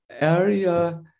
area